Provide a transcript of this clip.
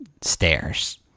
stairs